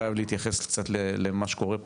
אני חייב להתייחס קצת למה שקורה פה,